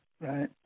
right